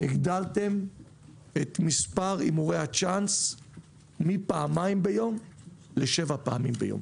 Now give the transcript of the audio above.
הגדלתם את מספר הימורי הצ'אנס מפעמיים ביום לשבע פעמים ביום